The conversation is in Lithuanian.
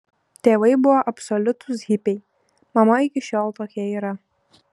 tėvai buvo absoliutūs hipiai mama iki šiol tokia yra